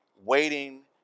waiting